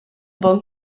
bon